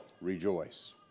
rejoice